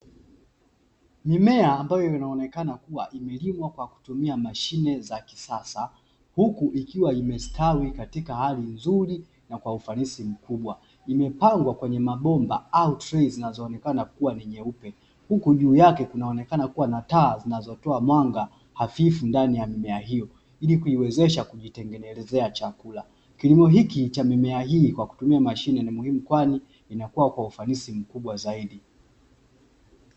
Mimea ambayo inaonekana kuwa imelimwa kwa kutumia mashine za kisasa huku ikiwa imestawi katika hali nzuri na kwa ufanisi mkubwa, imepangwa kwenye mabomba au trei zinazoonekana kuwa ni nyeupe. Huko juu yake kunaonekana kuwa na taa zinazotoa mwanga hafifu ndani ya mimea hiyo, ili kuiwezesha kujitengenezea chakula. Kilimo hiki cha mimea hii kwa kutumia mashine ni muhimu, kwani inakuwa kwa ufanisi mkubwa zaidi.